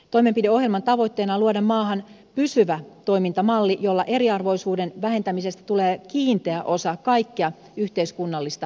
toimenpideohjelman tavoitteena on luoda maahan pysyvä toimintamalli jolla eriarvoisuuden vähentämisestä tulee kiinteä osa kaikkea yhteiskunnallista päätöksentekoa